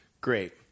Great